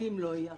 אם לא תהיה הרשעה?